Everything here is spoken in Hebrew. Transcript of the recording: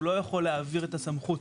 הוא לא יכול להעביר את הסמכות